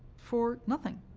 for nothing.